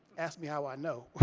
ask me how i know.